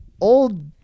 old